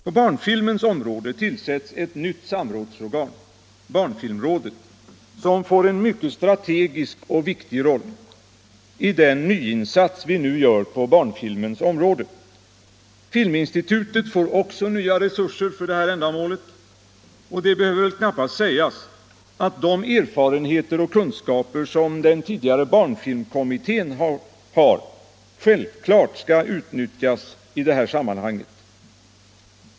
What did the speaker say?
På barnfilmens område tillsätts ett nytt samrådsorgan, barnfilmrådet, som får en mycket strategisk och viktig roll i den nyinsats vi nu gör på detta område. Filminstitutet får också nya resurser för detta ändamål, och det behöver väl knappast sägas att de erfarenheter och kunskaper som den tidigare barnfilmkommittén har självfallet skall utnyttjas i detta sammanhang.